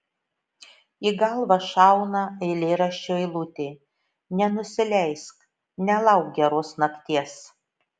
į galvą šauna eilėraščio eilutė nenusileisk nelauk geros nakties